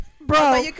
bro